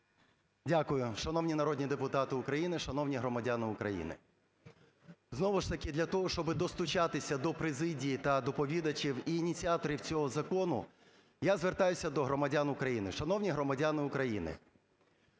Дякую. Шановні народні депутати України! Шановні громадяни України! Знову ж таки для того, щоби достучатися до президії та доповідачів, і ініціаторів цього закону я звертаюся до громадян України. Шановні громадяни України,